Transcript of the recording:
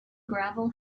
gravel